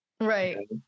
Right